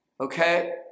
okay